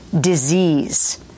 disease